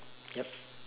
yup